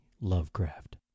Lovecraft